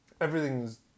Everything's